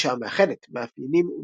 הגישה המאחדת מאפיינים ומצדדים